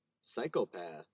psychopath